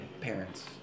parents